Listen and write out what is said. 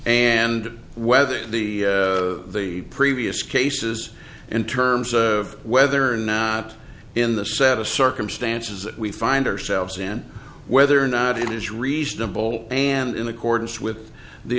and whether the the previous cases in terms of whether or not in the set of circumstances that we find ourselves in whether or not it is reasonable and in accordance with the